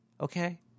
okay